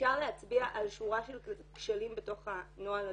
אפשר להצביע על שורה של כשלים בתוך הנוהל הזה.